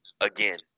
again